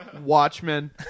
Watchmen